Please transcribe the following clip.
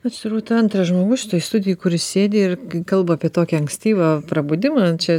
aš turbūt antras žmogus šitoj studijoj kuris sėdi ir kalba apie tokį ankstyvą prabudimą čia